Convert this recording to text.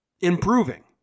Improving